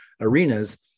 arenas